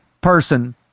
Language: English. person